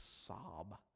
sob